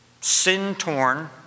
sin-torn